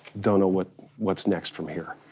don't know what's what's next from here.